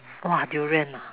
!wah! durian ah